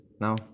now